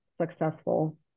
successful